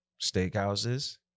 steakhouses